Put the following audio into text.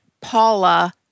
Paula